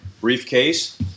briefcase